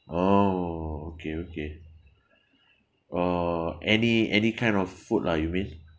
oh okay okay uh any any kind of food lah you mean